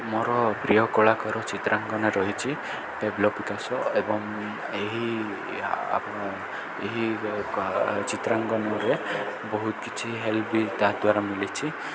ମୋର ପ୍ରିୟ କଳାକାର ଚିତ୍ରାଙ୍କନ ରହିଛି ପେବ୍ଲକ୍ ବିକାଶ ଏବଂ ଏହି ଏହି ଆପଣ ଏହି ଚିତ୍ରାଙ୍କନରେ ବହୁତ କିଛି ହେଲ୍ପ ବି ତାହାଦ୍ୱାରା ମିଳିଛି